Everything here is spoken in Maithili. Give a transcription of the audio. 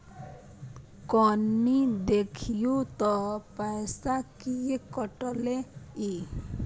कनी देखियौ त पैसा किये कटले इ?